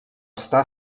està